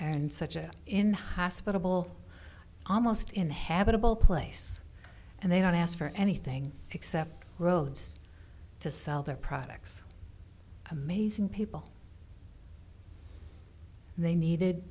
and such a inhospitable almost inhabitable place and they don't ask for anything except roads to sell their products amazing people they needed